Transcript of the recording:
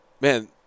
man